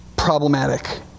problematic